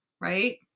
right